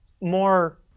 more